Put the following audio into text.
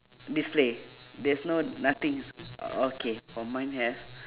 display there's no nothing okay for mine have